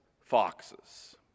foxes